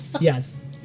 Yes